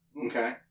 Okay